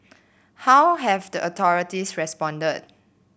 how have the authorities responded